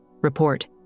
Report